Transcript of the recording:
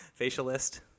Facialist